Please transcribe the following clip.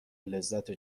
لذت